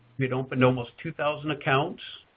we'd opened almost two thousand accounts.